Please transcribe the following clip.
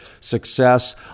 success